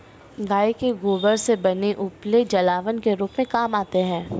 गाय के गोबर से बने उपले जलावन के रूप में काम आते हैं